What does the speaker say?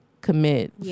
commit